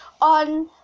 on